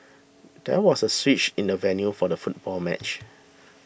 there was a switch in the venue for the football match